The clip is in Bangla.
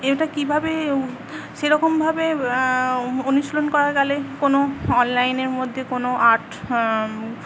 এটা কীভাবে সেরকমভাবে অনুশীলন করা গেলে কোনো অনলাইনের মধ্যে কোনো আর্ট